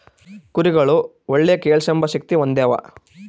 ಕುರಿಗುಳು ಒಳ್ಳೆ ಕೇಳ್ಸೆಂಬ ಶಕ್ತಿ ಹೊಂದ್ಯಾವ